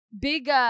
Big